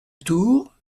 tour